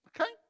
Okay